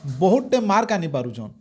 ବହୁତ୍ଟେ ମାର୍କ ଆଣିପାରୁଛନ